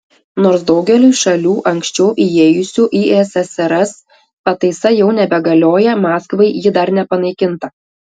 nors daugeliui šalių anksčiau įėjusių į ssrs pataisa jau nebegalioja maskvai ji dar nepanaikinta